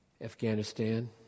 Afghanistan